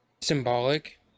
symbolic